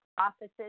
offices